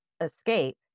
escape